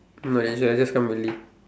Malaysia I just come early